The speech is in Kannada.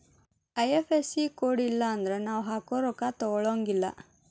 ಐ.ಎಫ್.ಎಸ್.ಇ ಕೋಡ್ ಇಲ್ಲನ್ದ್ರ ನಾವ್ ಹಾಕೊ ರೊಕ್ಕಾ ತೊಗೊಳಗಿಲ್ಲಾ